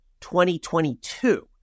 2022